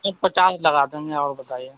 پچاس لگا دیں گے اور بتائیے